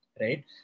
right